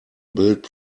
built